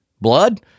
Blood